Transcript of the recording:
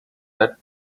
that